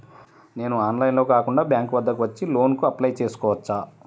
నేను ఆన్లైన్లో కాకుండా బ్యాంక్ వద్దకు వచ్చి లోన్ కు అప్లై చేసుకోవచ్చా?